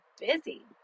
busy